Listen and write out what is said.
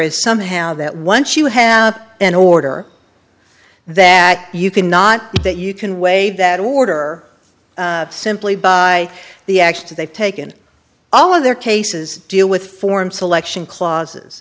is somehow that once you have an order that you can not that you can waive that order simply by the actions they've taken all of their cases deal with form selection clauses